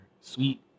sweet